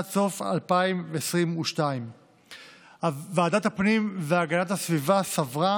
עד סוף 2022. ועדת הפנים והגנת הסביבה סברה